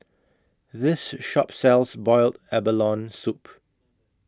This Shop sells boiled abalone Soup